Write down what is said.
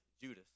Judas